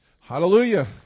Hallelujah